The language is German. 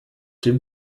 dem